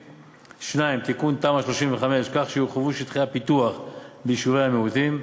2. תיקון תמ"א 35 כך שיורחבו שטחי הפיתוח ביישובי המיעוטים,